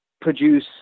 produce